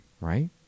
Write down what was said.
Right